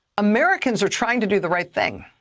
americans are trying to do the right thing.